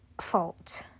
fault